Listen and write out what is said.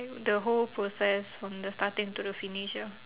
the whole process from the starting to the finish ya